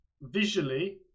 visually